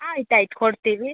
ಆಯ್ತು ಆಯ್ತು ಕೊಡ್ತೀವಿ